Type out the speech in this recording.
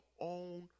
own